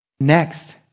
next